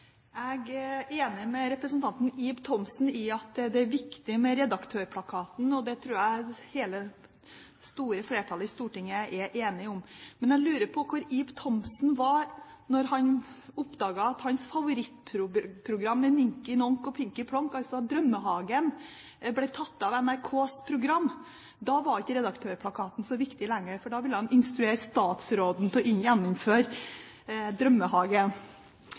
Jeg er enig med representanten Ib Thomsen i at det er viktig med Redaktørplakaten, og det tror jeg det store flertallet i Stortinget er enig i. Men jeg lurer på hvor Ib Thomsen var da han oppdaget at hans favorittprogram med Ninky Nonken og Plinky Plonken – altså Drømmehagen – ble tatt av NRKs program. Da var ikke Redaktørplakaten så viktig lenger, for da ville han instruere statsråden om å gjeninnføre Drømmehagen.